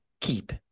keep